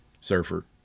Surfer